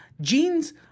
genes